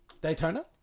Daytona